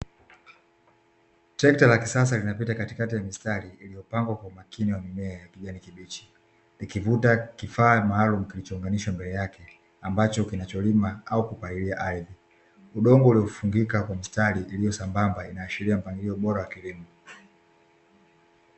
Trekta la kisasa linapita katikati ya mistari iliyopangwa kwa umakini wa mimea ya kijani kibichi, ikivuta kifaaa maalumu kilichounganishwa mbele yake ambacho kinalima au kupalilia ardhi. Udongo uliofungika kwa mstari iliyosambamba inaashiria mpangilio bora wa kilimo.